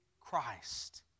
Christ